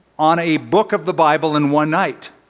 on a book of the bible in one night.